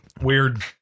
weird